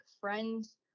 friends